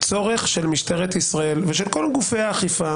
הצורך של משטרת ישראל ושל כל גופי האכיפה